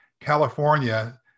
California